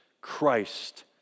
Christ